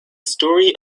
story